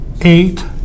eight